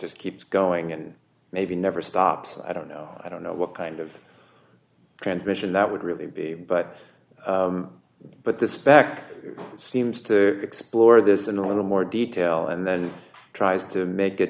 just keeps going and maybe never stops i don't know i don't know what kind of transmission that would really be but but this back seems to explore d this in the more detail and then tries to make